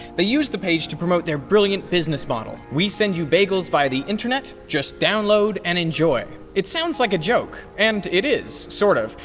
they use the page to promote their brilliant business model we send you bagels via the internet just download and enjoy it sounds like a joke, and it is, sort of.